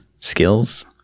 skills